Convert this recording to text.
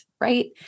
right